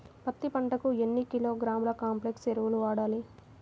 పత్తి పంటకు ఎన్ని కిలోగ్రాముల కాంప్లెక్స్ ఎరువులు వాడాలి?